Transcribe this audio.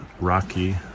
rocky